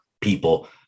people